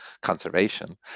conservation